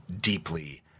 deeply